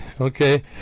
okay